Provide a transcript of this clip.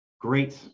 great